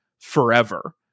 forever